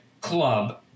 club